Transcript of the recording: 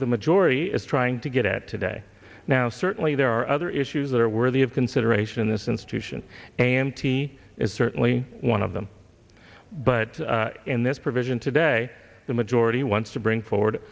the majority is trying to get at today now certainly there are other issues that are worthy of consideration in this institution and teenie is certainly one of them but in this provision today the majority wants to bring forward